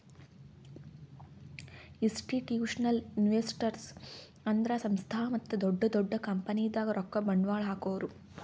institutional investors ಅಂದ್ರ ಸಂಸ್ಥಾ ಮತ್ತ್ ದೊಡ್ಡ್ ದೊಡ್ಡ್ ಕಂಪನಿದಾಗ್ ರೊಕ್ಕ ಬಂಡ್ವಾಳ್ ಹಾಕೋರು